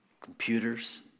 computers